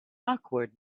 awkward